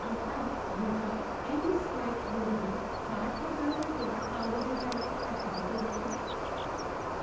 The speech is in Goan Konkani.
आतांच म्हज्या एमस्वायप वरवी साठ हजार रुपया पावल्या जाल्यार खात्री करता